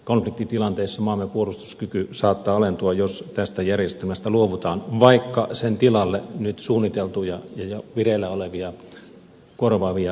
konfliktitilanteissa maamme puolustuskyky saattaa alentua jos tästä järjestelmästä luovutaan vaikka sen tilalle nyt suunniteltuja ja vireillä olevia korvaavia järjestelmiä saataisiinkin syntymään